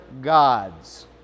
gods